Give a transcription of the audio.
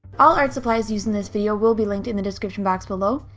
all art supplies used in this video will be linked in the description box below.